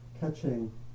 catching